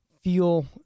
feel